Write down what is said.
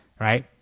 right